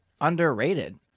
underrated